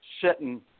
sitting